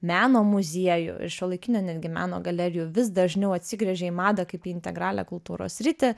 meno muziejų ir šiuolaikinio netgi meno galerijų vis dažniau atsigręžia į madą kaip į integralią kultūros sritį